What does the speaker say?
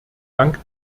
dank